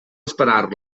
esperar